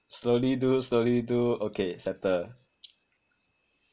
slowly do slowly do okay settle